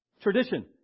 Tradition